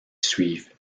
suivent